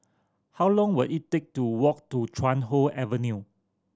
how long will it take to walk to Chuan Hoe Avenue